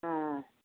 ஆ